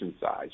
size